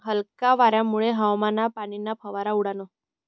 हलका वारामुये हवामा पाणीना फवारा उडना